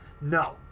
No